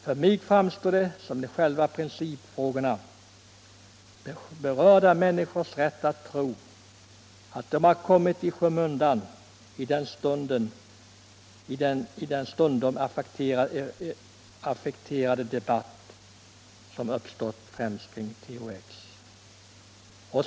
För mig framstår det som om själva principfrågan — berörda människors rätt att tro — kommit i skymundan i den stundom affekterade debatt som uppstått främst kring THX.